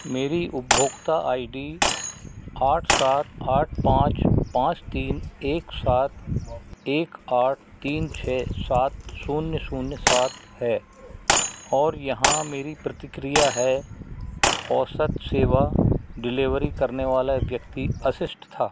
मेरी उपभोक्ता I D आठ सात आठ पाँच पाँच तीन एक सात एक आठ तीन छः सात शून्य शून्य सात है और यहाँ मेरी प्रतिक्रिया है औसत सेवा डिलीवरी करने वाला व्यक्ति अशिष्ट था